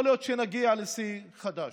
יכול להיות שנגיע לשיא חדש.